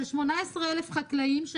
שמדברים על 18,000 חקלאים,